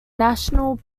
national